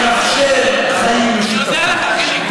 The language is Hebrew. הישראלי שמאפשר חיים משותפים.